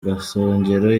gasongero